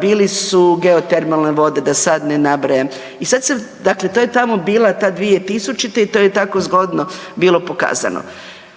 bile su geotermalne vode, da sad ne nabrajam. I sad se, dakle to je tamo bila ta 2000. i to je tako zgodno bilo pokazano.